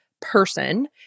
person